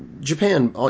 Japan